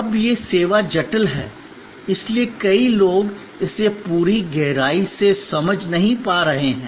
अब यह सेवा जटिल है इसलिए कई लोग इसे पूरी गहराई से समझ नहीं पा रहे हैं